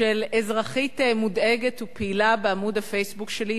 של אזרחית מודאגת ופעילה בעמוד ה"פייסבוק" שלי,